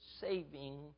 saving